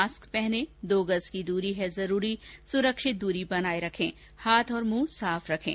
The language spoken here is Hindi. मास्क पहनें दो गज़ की दूरी है जरूरी सुरक्षित दूरी बनाए रखें हाथ और मुंह साफ रखें